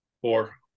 Four